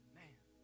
Man